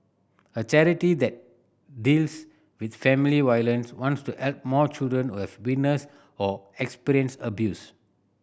a charity that deals with family violence wants to help more children who have witnessed or experienced abuse